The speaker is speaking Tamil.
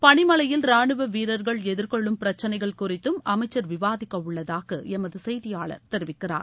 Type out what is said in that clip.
பளிமலையில் ராணுவ வீரர்கள் எதிர்கொள்ளும் பிரச்னைகள் குறித்தும் அமைச்சர் விவாதிக்க உள்ளதாக எமது செய்தியாளர் தெரிவிக்கிறார்